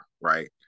right